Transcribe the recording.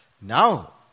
Now